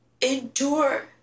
endure